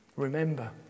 Remember